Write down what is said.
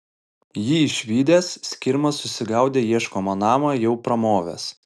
jį išvydęs skirma susigaudė ieškomą namą jau pramovęs